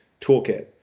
toolkit